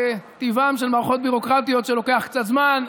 כי טיבן של מערכות ביורוקרטיות שלוקח קצת זמן,